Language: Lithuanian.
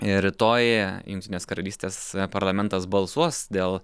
ir rytoj jungtinės karalystės parlamentas balsuos dėl